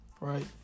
right